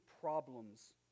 problems